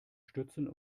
stützen